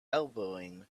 elbowing